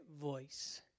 voice